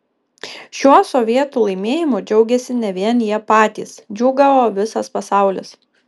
šiuo sovietų laimėjimu džiaugėsi ne vien jie patys džiūgavo visas pasaulis